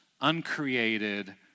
uncreated